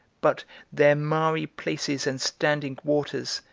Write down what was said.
but their miry places and standing waters,